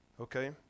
Okay